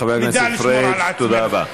חבר הכנסת פריג', תודה רבה.